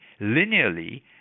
linearly